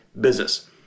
business